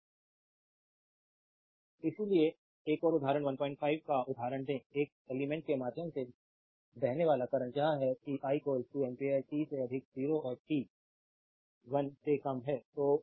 slide time देखें 2942 इसलिए एक और उदाहरण 15 का उदाहरण दें एक एलिमेंट्स के माध्यम से बहने वाला करंट यह है कि i एक एम्पियर t से अधिक 0 और t 1 से कम है